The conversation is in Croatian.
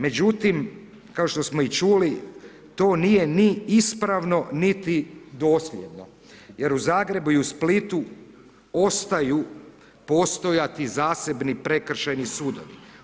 Međutim, kao što smo i čuli, to nije ni ispravo niti dosljedno jer u Zagrebu i Splitu ostaju postojati zasebni prekršajni sudovi.